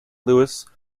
louis